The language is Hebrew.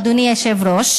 אדוני היושב-ראש,